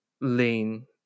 lean